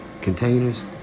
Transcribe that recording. containers